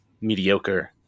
mediocre